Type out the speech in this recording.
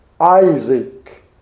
Isaac